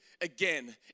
again